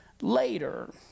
later